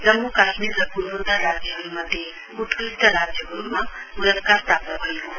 जम्मू काश्मीर र पूर्वोतर राज्यहरुमध्ये उत्कृष्ट राज्यको रुपमा पुरस्कार प्राप्त भएको हो